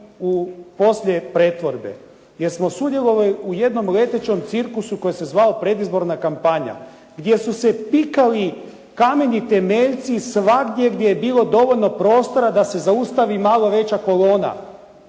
poslije pretvorbe jer smo sudjelovali u jednom letećem cirkusu koji se zvao predizborna kampanja gdje su se pikali kameni temeljci svagdje gdje je bilo dovoljno prostora da se zaustavi malo veća kolona.